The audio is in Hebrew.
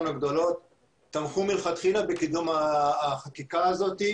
הגדולות תמכו מלכתחילה בקידום החקיקה הזאת,